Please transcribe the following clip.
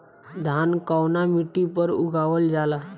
धान कवना मिट्टी पर उगावल जाला?